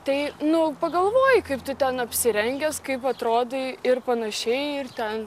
tai nu pagalvoji kaip tu ten apsirengęs kaip atrodai ir panašiai ir ten